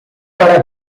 para